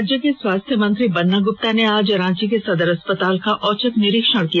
राज्य के स्वास्थ्य मंत्री बन्ना गुप्ता ने आज रांची के सदर अस्पताल का औचक निरीक्षण किया